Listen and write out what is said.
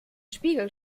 spiegel